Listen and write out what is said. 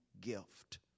gift